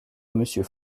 monsieur